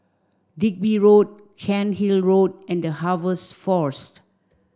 Digby Road Cairnhill Road and The Harvest Force